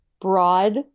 broad